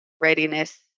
readiness